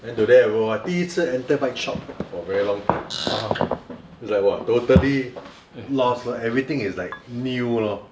then today I go I 第一次 enter bike shop for very long time it's like !wah! totally lost then everything is like new lor